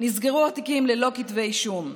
נסגרו התיקים ללא כתבי אישום.